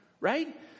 Right